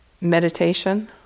meditation